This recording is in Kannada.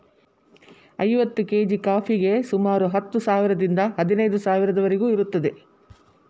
ಐವತ್ತು ಕೇಜಿ ಕಾಫಿಗೆ ಸುಮಾರು ಹತ್ತು ಸಾವಿರದಿಂದ ಹದಿನೈದು ಸಾವಿರದವರಿಗೂ ಇರುತ್ತದೆ